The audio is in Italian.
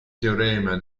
teorema